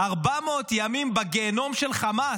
400 ימים בגיהינום של חמאס.